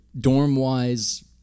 Dorm-wise